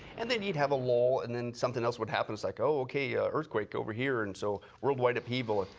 and then you'd have a lull and then something else would happen. it is like oh, ok, ah earthquake over here, and so worldwide upheaval.